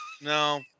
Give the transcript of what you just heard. No